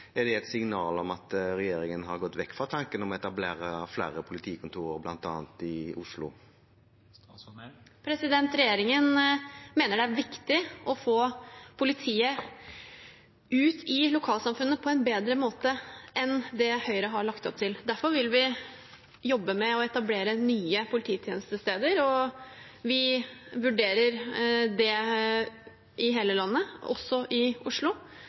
Oslo? Regjeringen mener det er viktig å få politiet ut i lokalsamfunnene på en bedre måte enn det Høyre har lagt opp til. Derfor vil vi jobbe med å etablere nye polititjenestesteder, og vi vurderer det i hele landet, også i Oslo.